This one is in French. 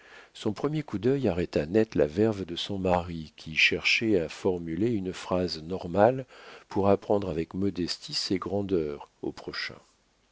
son premier coup d'œil arrêta net la verve de son mari qui cherchait à formuler une phrase normale pour apprendre avec modestie ses grandeurs au prochain